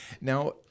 Now